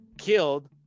killed